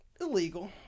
illegal